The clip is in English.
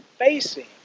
facing